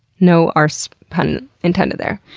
no arse pun intended there.